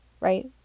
Right